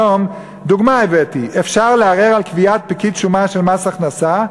הבאתי דוגמה: היום אפשר לערער על קביעת פקיד שומה של מס הכנסה,